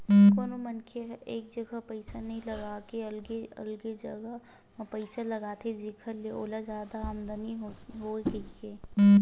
कोनो मनखे ह एक जगा पइसा नइ लगा के अलगे अलगे जगा म पइसा लगाथे जेखर ले ओला जादा आमदानी होवय कहिके